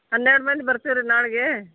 ಹನ್ನೆರಡು ಮಂದಿ ಬರ್ತೀವಿ ರೀ ನಾಳೆಗೆ